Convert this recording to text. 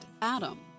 Adam